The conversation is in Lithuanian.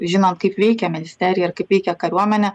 žinot kaip veikia ministerija ir kaip veikia kariuomenė